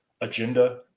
agenda